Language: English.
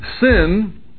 Sin